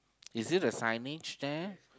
is it a signage there